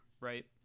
right